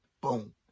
boom